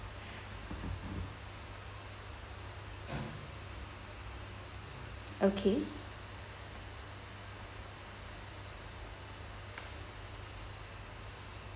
okay